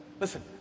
Listen